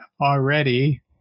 already